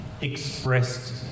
expressed